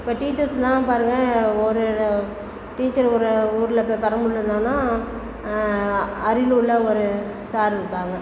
இப்போ டீச்சர்ஸெலாம் பாருங்கள் ஒரு ரு டீச்சர் ஒரு ஊரில் இப்போ பெரம்பலூரில் இருந்தாங்கன்னால் அரியலூரில் ஒரு சார் இருப்பாங்க